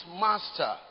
master